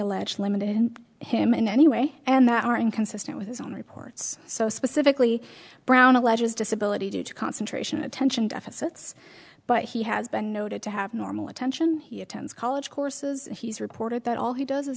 allege limited in him in any way and that are inconsistent with his own reports so specifically brown alleges disability due to concentration attention deficit but he has been noted to have normal attention he attends college courses he's reported that all he does is